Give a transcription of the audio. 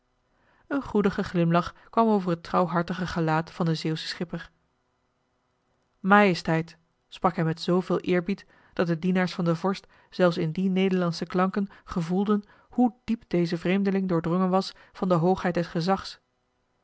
een goedige glimlach kwam over het trouwhartige gelaat van den zeeuwschen schipper majesteit sprak hij met zooveel eerbied dat de dienaars van den vorst zelfs in die nederlandsche klanken gevoelden hoe diep deze vreemdeling doordrongen was van de hoogheid des gezags